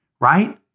right